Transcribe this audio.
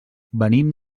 venim